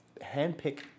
handpick